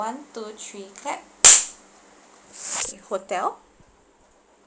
one two three clap okay hotel